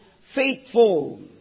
faithful